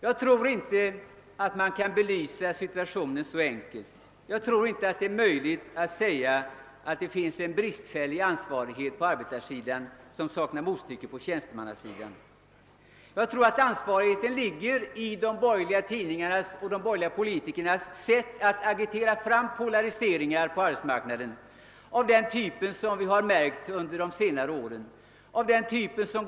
Jag tror inte att man kan framställa situationen så enkelt eller att det är möjligt att säga att det på arbetarsidan finns en bristfällig ansvarighet, som saknar motstycke på tjänstemannasidan. Jag tror att oansvarigheten snarare representeras av de borgerliga tidningarnas och politikernas sätt att agitera fram polariseringar på arbetsmarknaden av den typ som vi under senare år fått uppleva.